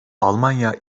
almanya